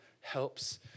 helps